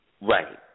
Right